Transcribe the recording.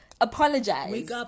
apologize